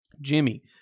Jimmy